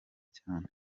cyane